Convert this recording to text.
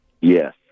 Yes